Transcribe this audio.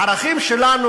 הערכים שלנו,